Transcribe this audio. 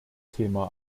thema